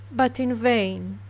but in vain.